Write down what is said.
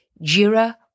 Jira